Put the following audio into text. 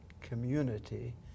community